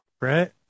right